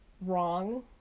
wrong